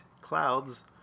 Clouds